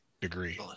degree